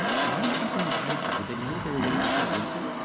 why do you think they invited you? did they know what they were getting themselves into?